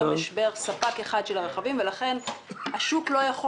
היום יש רק ספק אחד של רכבים והשוק לא יכול